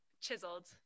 chiseled